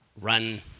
run